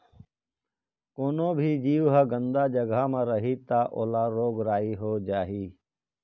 कोनो भी जीव ह गंदा जघा म रही त ओला रोग राई हो जाही